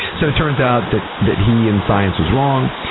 so it turns out that that he, and science, was wrong.